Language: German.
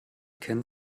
ken